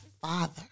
father